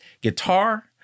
guitar